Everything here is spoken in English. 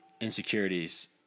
insecurities